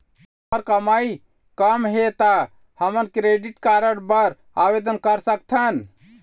हमर कमाई कम हे ता हमन क्रेडिट कारड बर आवेदन कर सकथन?